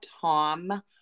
Tom